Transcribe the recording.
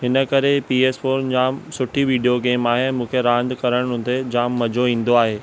हिन करे P S four जामु सुठी वीडियो गेम आहे ऐं मूंखे रांधि करणु हुते मज़ो ईंदो आहे